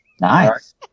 Nice